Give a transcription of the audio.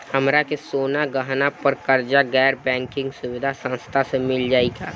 हमरा के सोना गहना पर कर्जा गैर बैंकिंग सुविधा संस्था से मिल जाई का?